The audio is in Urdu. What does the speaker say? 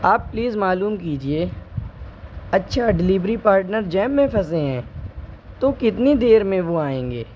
آپ پلیز معلوم کیجیے اچھا ڈلیوری پارٹنر جام میں پھنسے ہیں تو کتنی دیر میں وہ آئیں گے